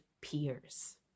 peers